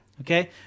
Okay